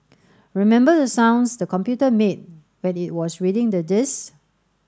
remember the sounds the computer made when it was reading the disks